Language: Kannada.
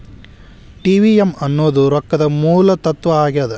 ಟಿ.ವಿ.ಎಂ ಅನ್ನೋದ್ ರೊಕ್ಕದ ಮೂಲ ತತ್ವ ಆಗ್ಯಾದ